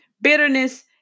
bitterness